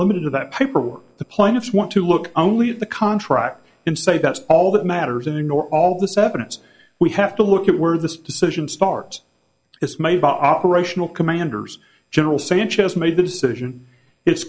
limited to that paperwork the plaintiffs want to look only at the contract and say that's all that matters and ignore all the severance we have to look at where this decision starts it's made by operational commanders general sanchez made the decision i